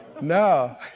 No